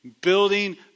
Building